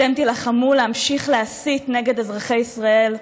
אתם תילחמו להמשיך להסית נגד אזרחי ישראל,